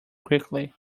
quickly